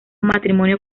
matrimonio